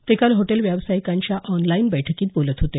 ते काल हॉटेल व्यावसायिकांच्या आॅनलाईन बैठकीत बोलत होते